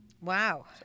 Wow